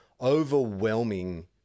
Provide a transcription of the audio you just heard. overwhelming